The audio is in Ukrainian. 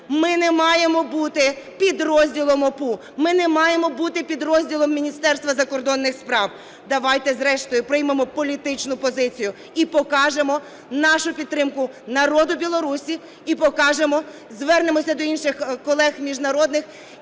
Ми не маємо бути підрозділом ОПУ, ми не маємо бути підрозділом Міністерства закордонних справ. Давайте зрештою приймемо політичну позицію і покажемо нашу підтримку народу Білорусі і покажемо, звернемося до інших колег міжнародних